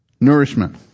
nourishment